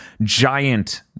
giant